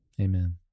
Amen